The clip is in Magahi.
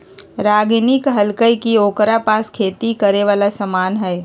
रागिनी कहलकई कि ओकरा पास खेती करे वाला समान हई